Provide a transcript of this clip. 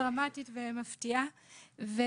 דרמטית ומפתיעה.